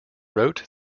wrote